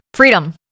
Freedom